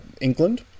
England